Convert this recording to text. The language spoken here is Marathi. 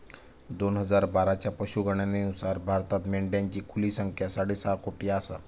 दोन हजार बाराच्या पशुगणनेनुसार भारतात मेंढ्यांची खुली संख्या साडेसहा कोटी आसा